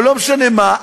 או לא משנה מה,